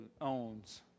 owns